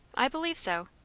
i believe so.